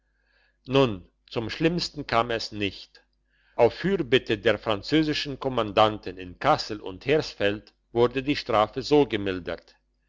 nun zum schlimmsten kam es nicht auf fürbitte der französischen kommandanten in kassel und hersfeld wurde die strafe so gemildert